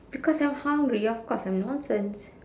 because I'm hungry of course I'm nonsense